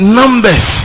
numbers